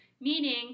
meaning